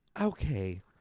okay